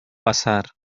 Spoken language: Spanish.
pasar